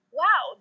wow